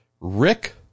Rick